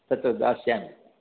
तत् दास्यामि